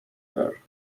bear